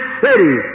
city